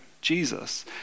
Jesus